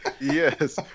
Yes